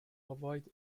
avoid